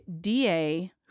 DA